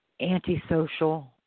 antisocial